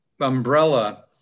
umbrella